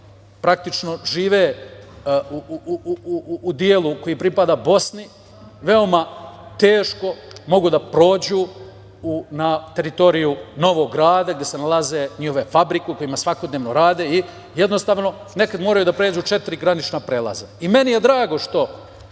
praktično žive u delu koji pripada Bosni, veoma teško mogu da prođu na teritoriju novog grada gde se nalaze njihove fabrike u kojima svakodnevno rade i jednostavno nekada moraju da pređu četiri granična prelaza. Meni je drago što,